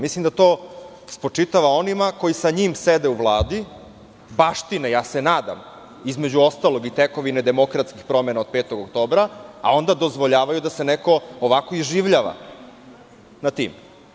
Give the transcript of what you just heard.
Mislim da to spočitava onima koji sa njim sede u Vladi, baštine, ja se nadam, između ostalog i tekovine demokratskih promena od 5. oktobra, a onda dozvoljavaju da se neko ovako iživljava nad tim.